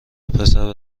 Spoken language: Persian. پسر